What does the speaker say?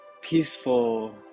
peaceful